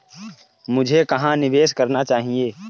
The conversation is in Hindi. मुझे कहां निवेश करना चाहिए?